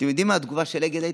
אתם יודעים מה הייתה התגובה של אגד?